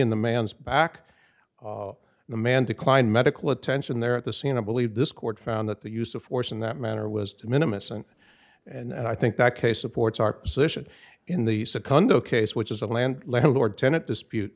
in the man's back the man declined medical attention there at the scene i believe this court found that the use of force in that manner was de minimus and and i think that case supports our position in the said condo case which is a land landlord tenant dispute